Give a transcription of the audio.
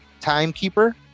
timekeeper